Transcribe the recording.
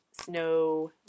snow